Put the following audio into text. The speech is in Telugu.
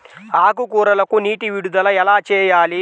ఆకుకూరలకు నీటి విడుదల ఎలా చేయాలి?